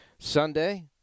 Sunday